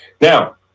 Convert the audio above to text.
Now